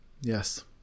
Yes